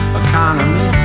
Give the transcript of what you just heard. economy